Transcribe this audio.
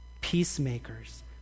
Peacemakers